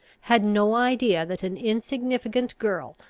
had no idea that an insignificant girl,